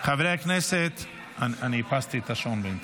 חברי הכנסת, אני איפסתי את השעון בינתיים.